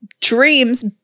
dreams